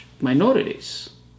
minorities